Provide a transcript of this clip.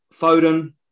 Foden